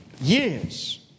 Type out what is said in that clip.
years